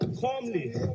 calmly